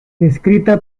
escrita